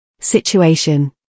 Situation